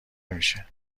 نمیشه